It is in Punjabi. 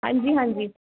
ਹਾਂਜੀ ਹਾਂਜੀ